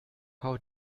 how